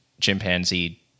chimpanzee